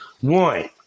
One